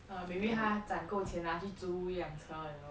or maybe 他赚够钱拿去租一辆车 you know